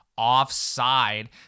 offside